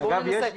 אגב,